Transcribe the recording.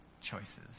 choices